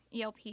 ELP